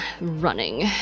running